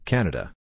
Canada